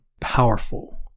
powerful